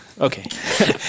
Okay